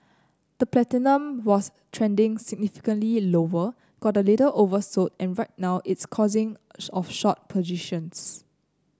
the platinum was trending significantly lower got a little oversold and right now it's causing of short positions